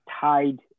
tied